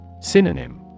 Synonym